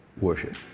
worship